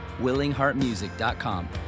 willingheartmusic.com